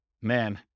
man